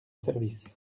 service